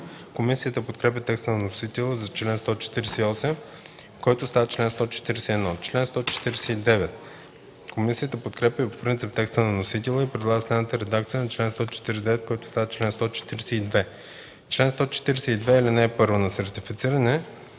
Комисията подкрепя текста на вносителя за чл. 148, който става чл. 141. Комисията подкрепя по принцип текста на вносителя и предлага следната редакция на чл. 149, който става чл. 142: „Чл. 142. (1) На сертифицираните